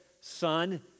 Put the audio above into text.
son